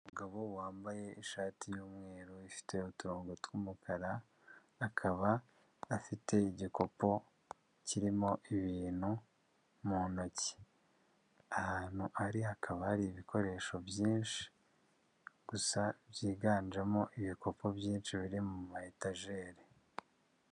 Umugabo wambaye ishati y'umweru ifite uturongo tw'umukara akaba afite igikopo kirimo ibintu mu ntoki, ahantu ari hakaba hari ibikoresho byinshi gusa byiganjemo ibikopo byinshi biri mu ma etajeri.